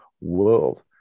world